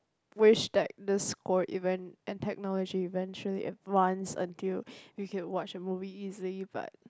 wish that the score event and technology event should advance until we can watch movie easily